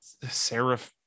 serif